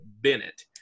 bennett